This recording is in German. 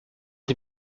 die